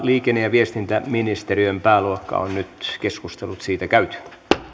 liikenne ja viestintäministeriön pääluokasta on nyt keskustelut